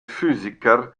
physiker